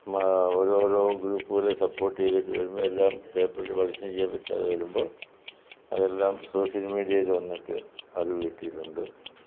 ഓരോ ഓരോ ഗ്രൂപ്പുകളെ സപ്പോർട്ട് ചെയ്തിട്ട് വരുമ്പോൾ എല്ലാം പേപ്പറിൽ പരസ്യം ചെയ്യിപ്പിക്കാതെ വരുമ്പോൾ അതെല്ലാം സോഷ്യൽ മീഡിയയിൽ വന്നിട്ട് അത് വിട്ടിട്ടുണ്ട്